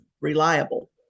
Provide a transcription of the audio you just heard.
reliable